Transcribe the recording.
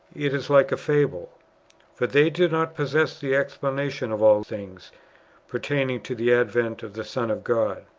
it is like a fable for they do not possess the explanation of all things pertaining to the advent of the son of god,